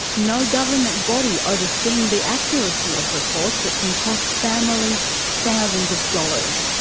no government body overseeing the accuracy of reports that can cost families thousands of dollars.